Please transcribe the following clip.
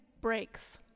breaks